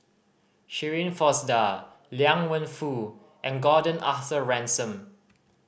Shirin Fozdar Liang Wenfu and Gordon Arthur Ransome